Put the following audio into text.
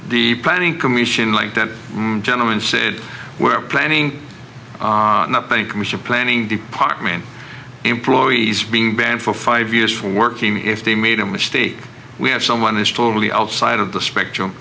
the planning commission like that gentleman said we're planning not think we should planning department employees been banned for five years from working if they made a mistake we have someone is totally outside of the spectrum